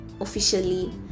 officially